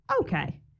Okay